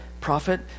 prophet